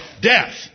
death